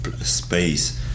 space